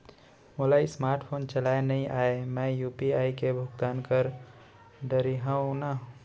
मोला smart phone चलाए नई आए मैं यू.पी.आई ले भुगतान कर डरिहंव न?